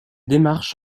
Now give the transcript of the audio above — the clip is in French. démarches